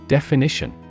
Definition